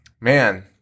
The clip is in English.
Man